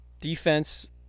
defense